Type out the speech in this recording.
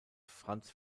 franz